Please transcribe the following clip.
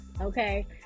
okay